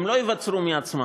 הן לא ייווצרו מעצמן.